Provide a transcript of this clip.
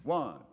One